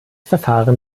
verfahren